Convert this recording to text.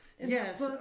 Yes